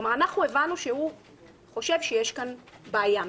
כלומר, הבנו שהוא חושב שיש כאן בעיה מסוימת.